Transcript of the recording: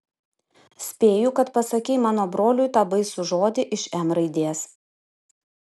spėju kad pasakei mano broliui tą baisų žodį iš m raidės